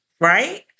right